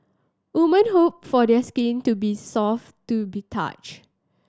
women hope for the skin to be soft to be touch